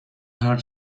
hard